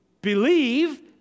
believe